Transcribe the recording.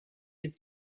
his